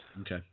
okay